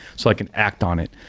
so i can act on it.